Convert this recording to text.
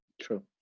true